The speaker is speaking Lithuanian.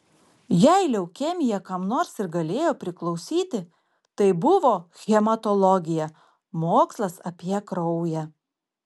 jei leukemija kam nors ir galėjo priklausyti tai buvo hematologija mokslas apie kraują